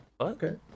Okay